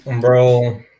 Bro